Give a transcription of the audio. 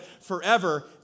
forever